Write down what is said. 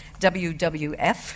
WWF